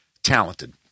Talented